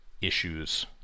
issues